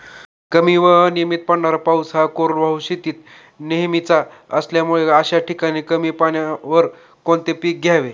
कमी व अनियमित पडणारा पाऊस हा कोरडवाहू शेतीत नेहमीचा असल्यामुळे अशा ठिकाणी कमी पाण्यावर कोणती पिके घ्यावी?